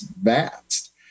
vast